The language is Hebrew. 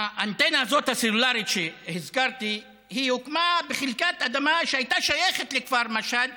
האנטנה הסלולרית שהזכרתי הוקמה בחלקת אדמה שהייתה שייכת לכפר משהד